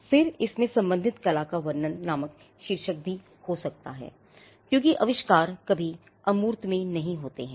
फिर इसमें संबंधित कला का वर्णन नामक शीर्षक भी हो सकता है क्योंकि आविष्कार कभी अमूर्त में नहीं होते हैं